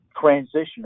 transition